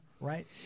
right